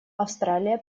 австралия